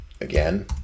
again